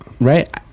right